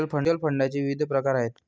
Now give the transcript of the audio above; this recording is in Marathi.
म्युच्युअल फंडाचे विविध प्रकार आहेत